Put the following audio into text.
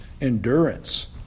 endurance